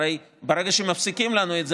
הרי ברגע שמפסיקים לנו את זה,